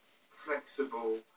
flexible